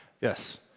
yes